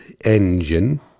engine